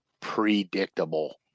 predictable